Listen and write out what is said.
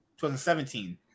2017